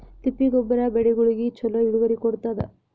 ತಿಪ್ಪಿ ಗೊಬ್ಬರ ಬೆಳಿಗೋಳಿಗಿ ಚಲೋ ಇಳುವರಿ ಕೊಡತಾದ?